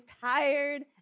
tired